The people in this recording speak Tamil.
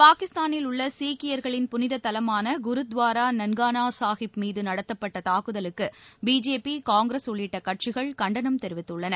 பாகிஸ்தானில் உள்ள சீக்கியர்களின் புனிதத் தலமான குருத்வாரா நன்கானா சாஹிப் மீது நடத்தப்பட்ட தாக்குதலுக்கு பிஜேபி காங்கிரஸ் உள்ளிட்ட கட்சிகள் கண்டனம் தெரிவித்துள்ளன